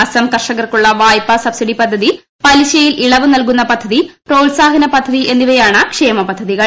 അസ്സം കർഷകർക്കുളള വായ്പ സബ്സിഡി പദ്ധതിപലിശയിൽ ഇളവ് നൽകുന്ന പദ്ധതി പ്രോത്സാഹക പദ്ധതി എന്നിവയാണ് ക്ഷേമ പദ്ധതികൾ